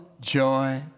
joy